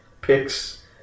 picks